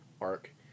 arc